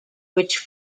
which